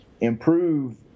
improve